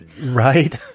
Right